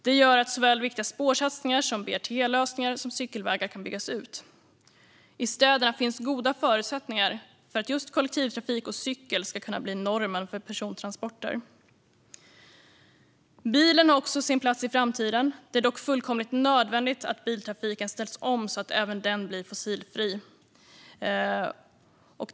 Detta gör att såväl viktiga spårsatsningar som BRT-lösningar och cykelvägar kan byggas ut. I städerna finns goda förutsättningar för att kollektivtrafik och cykel ska kunna bli normen för persontransporter. Bilen har också sin plats i framtiden. Det är dock fullkomligt nödvändigt att biltrafiken ställs om så att även den blir fossilfri.